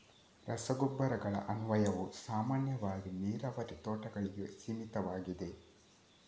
ರಸಗೊಬ್ಬರಗಳ ಅನ್ವಯವು ಸಾಮಾನ್ಯವಾಗಿ ನೀರಾವರಿ ತೋಟಗಳಿಗೆ ಸೀಮಿತವಾಗಿದೆ